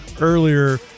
earlier